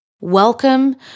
Welcome